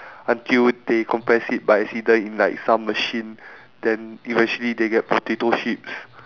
until they compress it by accident in like some machine then eventually they get potato chips